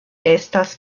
estas